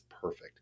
perfect